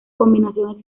combinación